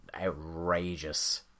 outrageous